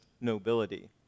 nobility